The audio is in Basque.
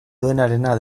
duenarena